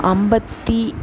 ஐம்பத்தி